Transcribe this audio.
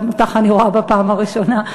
גם אותך אני רואה בפעם הראשונה.